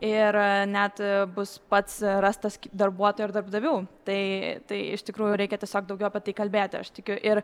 ir net bus pats rastas darbuotojo ir darbdavių tai tai iš tikrųjų reikia tiesiog daugiau apie tai kalbėti aš tikiu ir